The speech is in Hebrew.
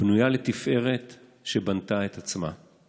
/ בנויה לתפארת שבנתה את עצמה /